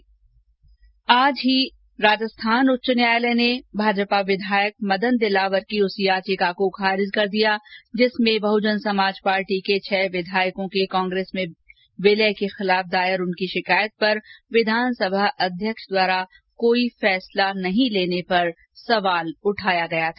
वहीं आज राजस्थान उच्च न्यायालय ने भाजपा विधायक मदन दिलावर को उस याचिका को खारित कर दिया जिसमें बहजन समाज पार्टी के छह विधायकों के कांग्रेस में विलय के खिलाफ दायर उनकी शिकायत पर विधानसभा अध्यक्ष द्वारा कोई फैसला नहीं लेने पर सवाल उठाया गया था